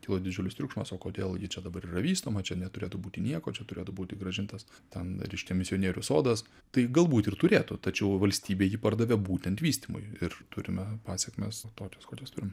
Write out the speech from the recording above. kilo didžiulis triukšmas o kodėl ji čia dabar yra vystoma čia neturėtų būti nieko čia turėtų būti grąžintas ten reiškia misionierių sodas tai galbūt ir turėtų tačiau valstybė jį pardavė būtent vystymui ir turime pasekmes tokias kurias turim